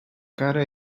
cara